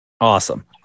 Awesome